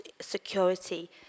security